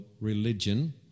religion